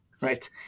right